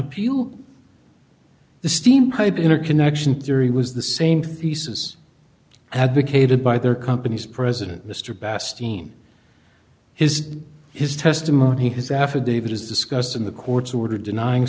appeal the steampipe interconnection theory was the same thesis advocated by their company's president mr basti in his his testimony his affidavit is discussed in the court's order denying